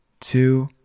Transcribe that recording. Two